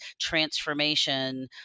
transformation